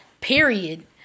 period